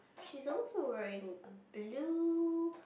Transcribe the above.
she's also wearing blue